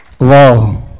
Wow